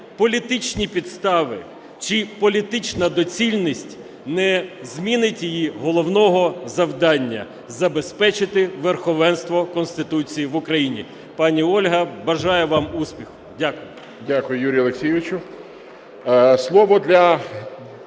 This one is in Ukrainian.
політичні підстави чи політична доцільність не змінить її головного завдання – забезпечити верховенство Конституції в Україні. Пані Ольга, бажаю вам успіху. Дякую. Веде засідання Голова